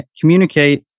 communicate